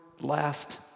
last